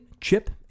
chip